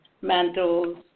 mantles